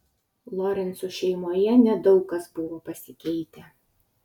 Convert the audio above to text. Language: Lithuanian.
lorencų šeimoje nedaug kas buvo pasikeitę